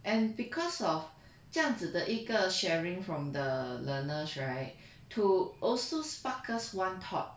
and because of 这样子的一个 sharing from the learners right to also spark us one thought